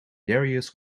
darius